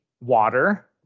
water